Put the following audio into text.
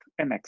mx